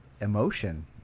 Emotion